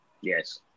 Yes